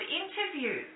interview